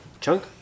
Chunk